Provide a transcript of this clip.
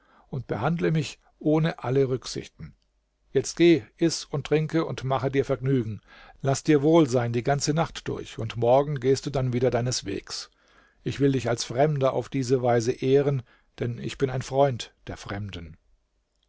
und behandle mich ohne alle rücksichten jetzt geh iß und trinke und mache dir vergnügen laß dir wohl sein die ganze nacht durch und morgen gehst du dann wieder deines wegs ich will dich als fremder auf diese weise ehren denn ich bin ein freund der fremden